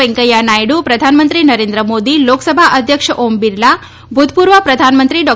વૈંકેયા નાયડુ પ્રધાનમંત્રી નરેન્દ્ર મોદી લોકસભા અધ્યક્ષ ઓમ બિરલા ભૂતપૂર્વ પ્રધાનમંત્રી ડૉ